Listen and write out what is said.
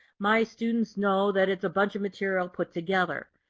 my students know that it's a bunch of material put together.